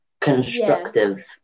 constructive